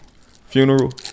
funeral